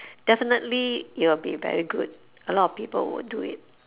definitely it will be very good a lot of people would do it